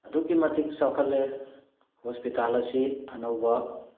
ꯑꯗꯨꯛꯀꯤ ꯃꯇꯤꯛ ꯆꯥꯎꯈꯠꯂꯦ ꯍꯣꯁꯄꯤꯇꯥꯜ ꯑꯁꯤ ꯑꯅꯧꯕ